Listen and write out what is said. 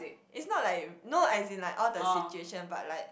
it's not like no as in like all the situation but like